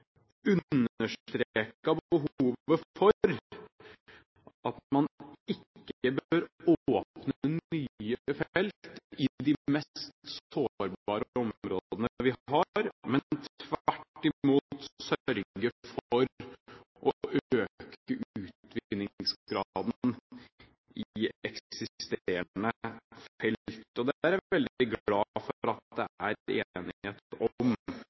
behovet for at man ikke bør åpne nye felt i de mest sårbare områdene vi har, men tvert imot sørge for å øke utvinningsgraden i eksisterende felt. Og det er jeg veldig glad for at det er enighet